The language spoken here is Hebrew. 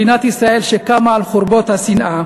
מדינת ישראל קמה על חורבות השנאה.